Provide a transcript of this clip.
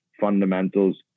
fundamentals